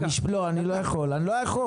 אני לא יכול.